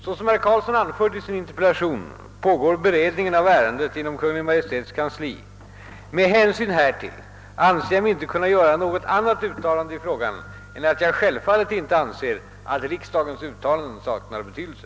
Såsom herr Carlsson anfört i sin interpellation pågår beredningen av ärendet inom Kungl. Maj:ts kansli. Med hänsyn härtill anser jag mig inte kunna göra något annat uttalande i frågan än att jag självfallet inte anser att riksdagens uttalanden saknar betydelse.